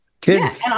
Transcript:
kids